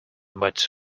but